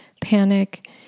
panic